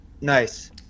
Nice